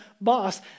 boss